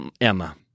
Emma